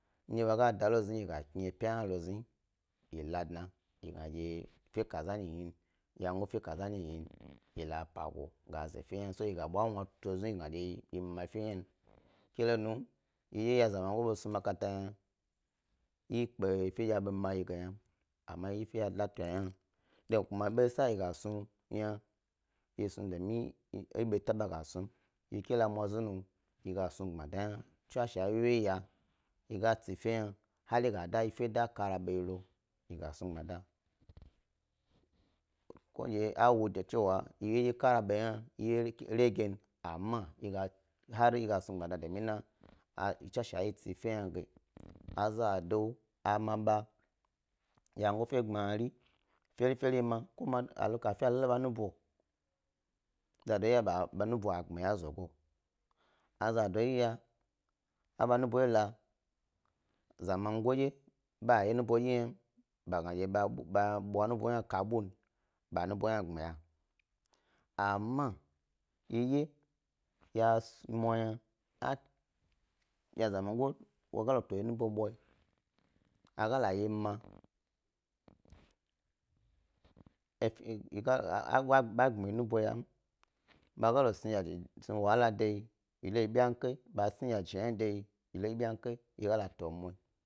Ndye bag a da lo zni yi ga kni epya hna lo zni yi ladna yi ga dye, fe ka za niyi yin, wyegofe ke za nyi yin, yi la epa go so yi ga bwa wnu tu zni yi ga yi mama fe hna ke lonum yidye ya zamagoyi ba snu makata yna, yi kpe fen dye a be ma. Yi ge nynam amma efe ndye ya latu yna hna, than ɓo kuma ɓe sa yi gas nu yna, yi snu domin yi ɓo taba ga snum ke la mwa zni nu yi gas nu gbmada hna tswashe a yi wyewye ya yi ga tsi efe hna hari ga da yi fe kara be yi lo yi gas nu gbmada, ku dye awo de cewa yi dye ye ndye kara ɓa hna yi ye regen amma har yi gas nu domin tswashe wo yi tsi efe hnage azado a ma ba wyengo fe gbmari fe fere dye ma, kafi a lo la ɓa nubo, zado iya ba nubo a gma e zogo, a za do iya, zamago dye ɓa ye nubo dye knam bag a wuba dye kpnaya amma yi dye ya mwa yna ya zamagoyi ga to yi nubo bwayi, a ga layi ma, ba kpna yi nubo yam, bag a lo snu wahala deyi yi lo yi ɓenkai ba sni yaje hna de yi lo yi benkai yi ga la to mwayi.